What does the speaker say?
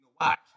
watch